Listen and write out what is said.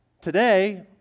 Today